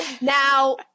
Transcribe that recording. Now